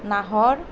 নাহৰ